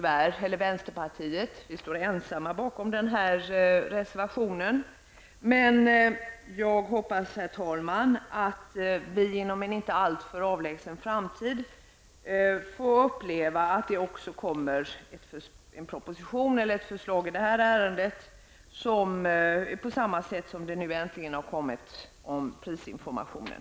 Vänsterpartiet står ensamt bakom reservation 3, men jag hoppas att vi inom en inte allt för avlägsen framtid får uppleva att det kommer ett förslag i ärendet, på samma sätt som det nu äntligen har kommit om prisinformationen.